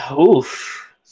oof